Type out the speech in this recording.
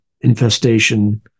infestation